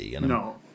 No